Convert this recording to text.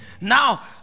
Now